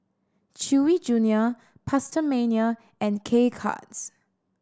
Chewy Junior PastaMania and K Cuts